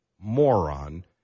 moron